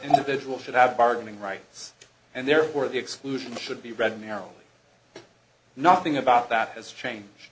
individual should have bargaining rights and therefore the exclusion should be read merrily nothing about that has change